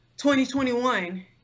2021